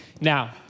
Now